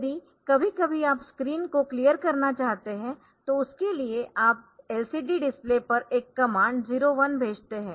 यदि कभी कभी आप स्क्रीन को क्लियर करना चाहते है तो उसके लिए आप LCD डिस्प्ले पर एक कमांड 01 भेजते है